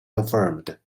affirmed